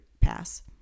pass